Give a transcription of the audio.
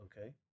okay